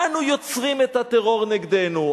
אנו יוצרים את הטרור נגדנו".